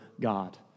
God